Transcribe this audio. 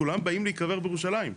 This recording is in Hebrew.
כולם באים להיקבר בירושלים.